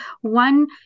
one